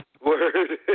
Word